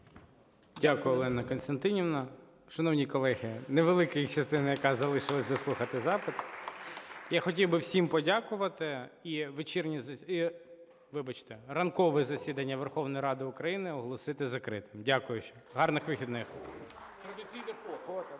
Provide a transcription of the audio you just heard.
Дякую, Олена Костянтинівна. Шановні колеги, невелика їх частина, яка залишилась заслухати запити, я хотів би всім подякувати і вечірнє засідання… Вибачте. Ранкове засідання Верховної Ради України оголосити закритим. Дякую. Гарних вихідних.